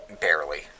Barely